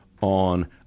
on